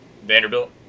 vanderbilt